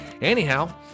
Anyhow